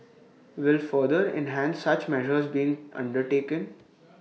will further enhance such measures being undertaken